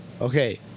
Okay